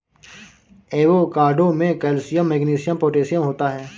avocado में calcium magnesium potassium होता है